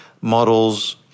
models